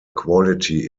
quality